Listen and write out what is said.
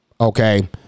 Okay